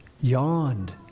yawned